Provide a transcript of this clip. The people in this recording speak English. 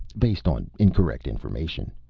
based on incorrect information.